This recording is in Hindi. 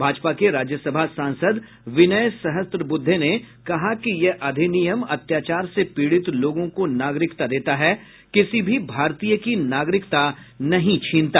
भाजपा के राज्यसभा सांसद विनय सहस्रबुद्धे ने कहा कि यह अधिनियम अत्याचार से पीड़ित लोगों को नागरिकता देता है किसी भी भारतीय की नागरिकता नहीं छीनता